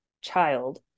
child